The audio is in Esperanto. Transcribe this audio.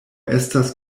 estas